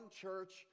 church